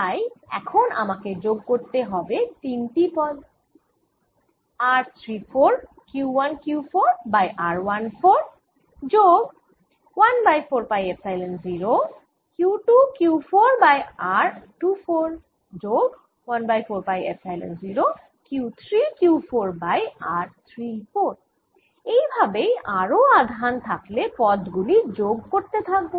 তাই এখন আমাকে যোগ করতে হবে তিনটি পদ r 3 4 Q 1 Q 4 by r 1 4 যোগ 1 by 4 pi epsilon 0 Q 2 Q 4 by r 2 4 যোগ 1 by 4 pi epsilon 0 Q 3 Q 4 by r 3 4 এই ভাবেই আরও আধান থাকলে পদ গুলি যোগ করতে থাকব